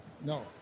No